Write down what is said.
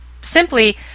simply